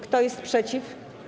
Kto jest przeciw?